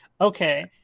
okay